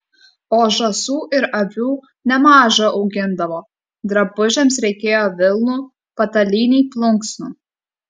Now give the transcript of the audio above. o žąsų ir avių nemaža augindavo drabužiams reikėjo vilnų patalynei plunksnų